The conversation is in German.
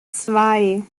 zwei